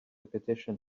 petition